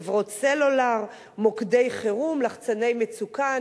חברות סלולר, מוקדי חירום, לחצני מצוקה.